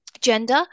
gender